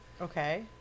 Okay